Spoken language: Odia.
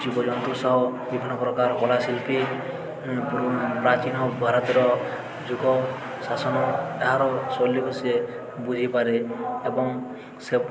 ଜୀବଜନ୍ତୁ ସାହୁ ବିଭିନ୍ନ ପ୍ରକାର କଳାଶିଳ୍ପୀ ପ୍ରାଚୀନ ଭାରତର ଯୁଗ ଶାସନ ଏହାର ଶୈଲୀକୁ ସିଏ ବୁଝିପାରେ ଏବଂ ସେ